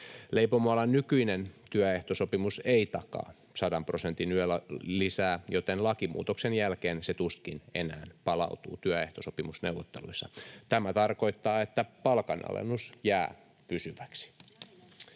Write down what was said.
Leipomoalan nykyinen työehtosopimus ei takaa 100 prosentin yölisää, joten lakimuutoksen jälkeen se tuskin enää palautuu työehtosopimusneuvotteluissa. Tämä tarkoittaa, että palkanalennus jää pysyväksi.